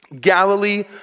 Galilee